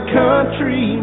country